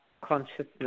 consciousness